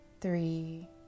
three